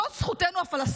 זאת זכותנו הפלסטינית.